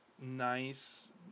nice